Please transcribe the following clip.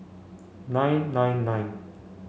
nine nine nine